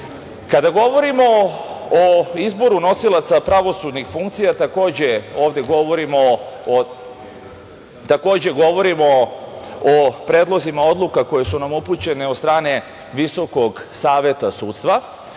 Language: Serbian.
govorimo o izboru nosilaca pravosudnih funkcija, takođe ovde govorimo o predlozima odluka koje su nam upućene od strane Visokog saveta sudstva